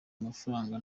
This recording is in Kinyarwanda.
amafaranga